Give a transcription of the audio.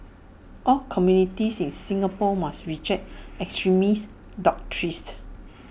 all communities in Singapore must reject extremist doctrines